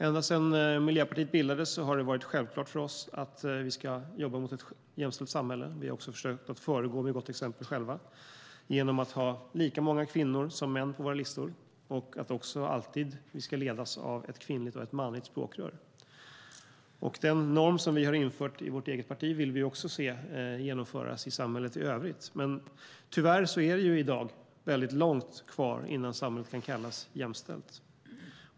Ända sedan Miljöpartiet bildades har det varit självklart för oss att vi ska jobba mot ett jämställt samhälle. Vi har också försökt att själva föregå med gott exempel genom att ha lika många kvinnor som män på våra listor och att alltid ledas av ett kvinnligt och ett manligt språkrör. Den norm som vi har infört i vårt eget parti vill vi också se genomföras i samhället i övrigt. Men tyvärr är det i dag väldigt långt kvar innan samhället kan kallas jämställt.